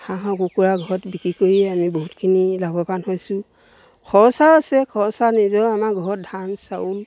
হাঁহ আৰু কুকুৰা ঘৰত বিক্ৰী কৰিয়ে আমি বহুতখিনি লাভৱান হৈছোঁ খৰচাও আছে খৰচা নিজেও আমাৰ ঘৰত ধান চাউল